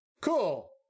cool